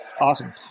Awesome